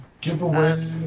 giveaway